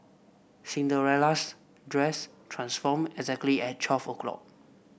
Cinderella's dress transformed exactly at twelve o'clock